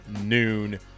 noon